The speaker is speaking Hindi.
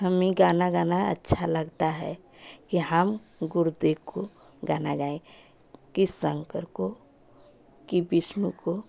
हमें गाना गाना अच्छा लगता है की हम गुरुदेव को गाना गाएँ कि शंकर को कि विष्णु को